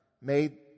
made